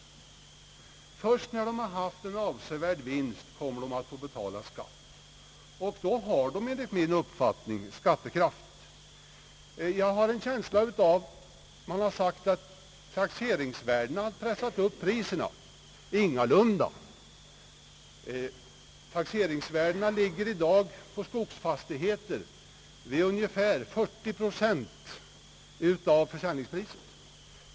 Först när de har gjort stora vinster, får de betala skatt, och då har de enligt min uppfattning skattekraft. Det har påståtts att taxeringsvärdena har pressat upp priserna. Det är ingalunda fallet! I fråga om skogsfastigheter ligger taxeringsvärdena i dag vid ungefär 40 procent av försäljningsprisen.